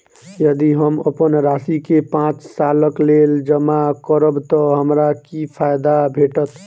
यदि हम अप्पन राशि केँ पांच सालक लेल जमा करब तऽ हमरा की फायदा भेटत?